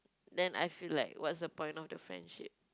then I feel like what's the point of the friendship